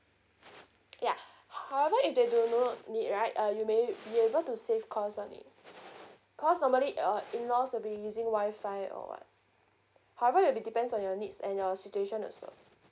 yeah however if they do not need right uh you may be able to save cost on it cause normally uh in-laws will be using wifi or what however it'll be depends on your needs and your situation also